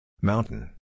Mountain